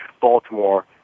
Baltimore